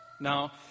Now